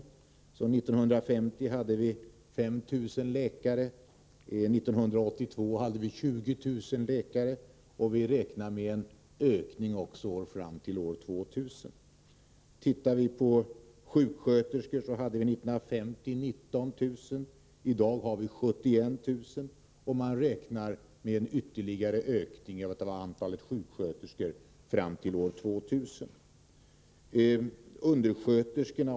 1950 hade vi 5 000 läkare. 1982 hade vi 20 000, och vi räknar med en ökning fram till år 2000. 1950 var antalet sjuksköterskor 19 000. I dag har vi 71 000, och vi räknar med en ytterligare ökning av antalet sjuksköterskor fram till år 2000. Det talas även om undersköterskorna.